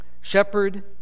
shepherd